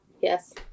yes